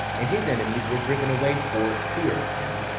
and his enemies were driven away for fear of him,